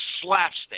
slapstick